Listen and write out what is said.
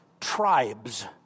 tribes